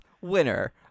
winner